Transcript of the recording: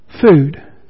Food